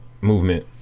movement